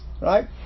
Right